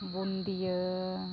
ᱵᱩᱫᱤᱭᱟᱹ